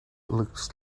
look